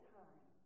time